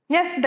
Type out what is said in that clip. Yes